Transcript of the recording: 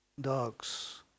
Dogs